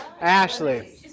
Ashley